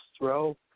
throw